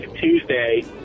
Tuesday